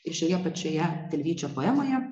ir šioje pačioje tilvyčio poemoje